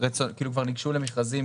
כאילו כבר נגשו למכרזים